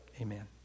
Amen